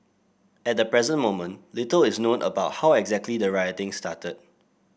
at the present moment little is known about how exactly the rioting started